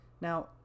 Now